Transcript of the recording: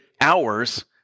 hours